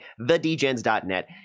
thedgens.net